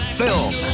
film